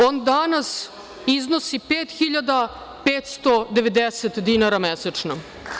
On danas iznosi 5.590 dinara mesečno.